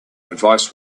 advice